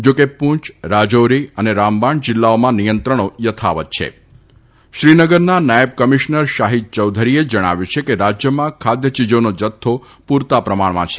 જા કે પંચ રાજારી અને રામબાણ જીલ્લાઓમાં નિયંત્રણો યથાવત છે શ્રીનગરના નાયબ કમિશ્નર શાહીદ ચૌધરીએ જણાવ્યું છે કે રાજયમાં ખાદ્યચીજાનો જથ્થો પૂરતા પ્રમાણમાં છે